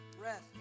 breath